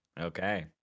Okay